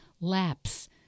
lapse